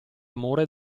amore